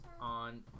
on